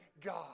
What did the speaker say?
God